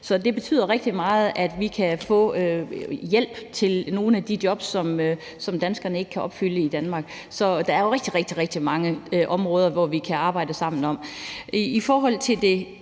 så det betyder rigtig meget, at vi kan få hjælp til at besætte nogle af de jobs, som danskerne ikke kan besætte i Danmark. Så der er jo rigtig, rigtig mange områder, som vi kan arbejde sammen om.